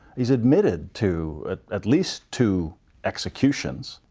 he's admitted to at least two executions.